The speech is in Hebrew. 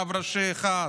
רב ראשי אחד,